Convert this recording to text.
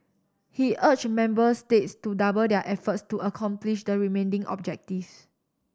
he urge member states to double their efforts to accomplish the remaining objectives